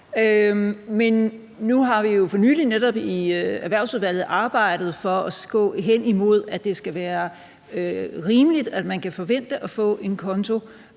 men nu har vi jo netop for nylig i Erhvervsudvalget arbejdet hen imod, at det skal være rimeligt, at man kan forvente at få en konto,